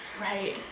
Right